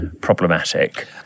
problematic